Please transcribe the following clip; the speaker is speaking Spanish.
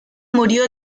murió